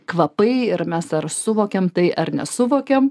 kvapai ir mes ar suvokiam tai ar nesuvokiam